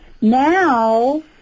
Now